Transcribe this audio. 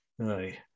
Aye